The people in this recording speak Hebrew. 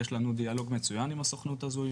יש לנו דיאלוג מצוין עם הסוכנות הזו,